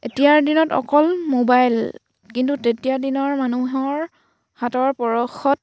এতিয়াৰ দিনত অকল মোবাইল কিন্তু তেতিয়া দিনৰ মানুহৰ হাতৰ পৰশত